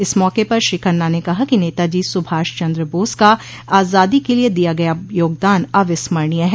इस मौके पर श्री खन्ना ने कहा कि नेताजी सुभाष चन्द्र बोस का आजादी के लिये दिया गया योगदान अविस्मरणीय है